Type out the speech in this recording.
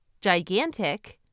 gigantic